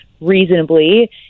reasonably